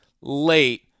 late